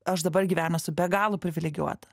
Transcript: aš dabar gyvenime esu be galo privilegijuota